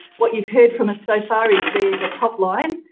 what you've heard from us so far is the, the top line,